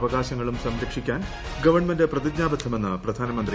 അവകാശങ്ങളും സംരക്ഷിക്കാൻ ഗവൺമെന്റ് പ്രതിജ്ഞാബദ്ധമെന്ന് പ്രധാനമന്ത്രി നരേന്ദ്രമോദി